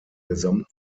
gesamten